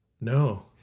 No